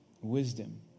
wisdom